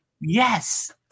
Yes